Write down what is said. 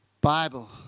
Bible